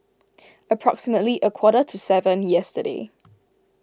approximately a quarter to seven yesterday